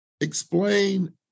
Explain